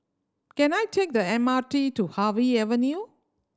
can I take the M R T to Harvey Avenue